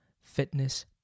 Fitness